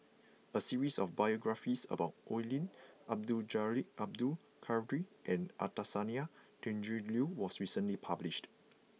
a series of biographies about Oi Lin Abdul Jalil Abdul Kadir and Anastasia Tjendri Liew was recently published